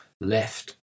left